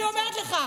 אני אומרת לך,